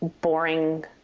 boring